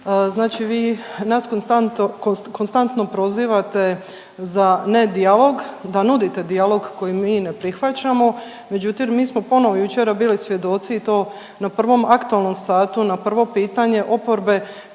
znači vi nas konstantno prozivate za ne dijalog, da nudite dijalog koji mi ne prihvaćamo, međutim mi smo ponovo jučer bili svjedoci i to na prvom aktualnom satu na prvo pitanje oporbe